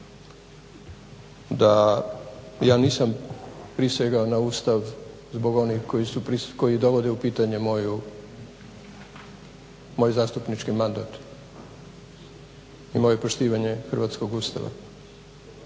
da ja nisam prisegao na Ustav zbog onih koji dovede u pitanje moj zastupnički mandat i moje poštivanje hrvatskog Ustava